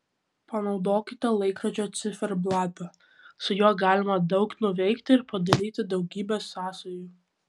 panaudokite laikrodžio ciferblatą su juo galima daug nuveikti ir padaryti daugybę sąsajų